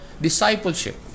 Discipleship